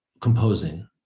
composing